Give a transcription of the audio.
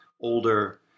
older